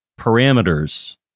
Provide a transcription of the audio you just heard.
parameters